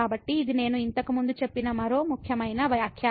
కాబట్టి ఇది నేను ఇంతకు ముందు చెప్పిన మరో ముఖ్యమైన వ్యాఖ్య